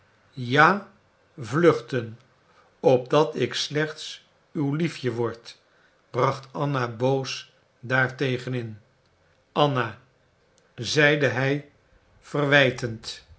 ja vluchten opdat ik slechts uw liefje word bracht anna boos daar tegen in anna zeide hij verwijtend